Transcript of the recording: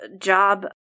job